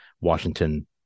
Washington